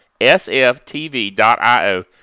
sftv.io